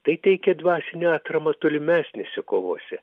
tai teikė dvasinę atramą tolimesnėse kovose